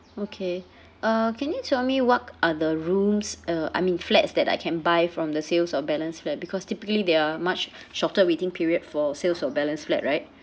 okay uh can you tell me what are the rooms uh I mean flats that I can buy from the sales of balance flat because typically they are much shorter waiting period for sales of balance flat right